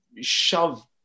shove